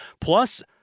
Plus